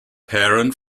parent